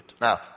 Now